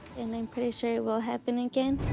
and i'm pretty sure it will happen again.